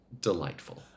delightful